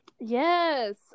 Yes